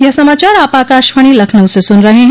ब्रे क यह समाचार आप आकाशवाणी लखनऊ से सुन रहे हैं